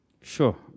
Sure